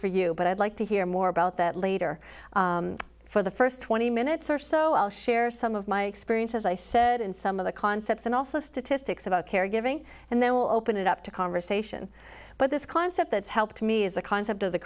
for you but i'd like to hear more about that later for the first twenty minutes or so i'll share some of my experience as i said in some of the concepts and also statistics about caregiving and then we'll open it up to conversation but this concept that's helped me is the concept of the